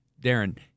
Darren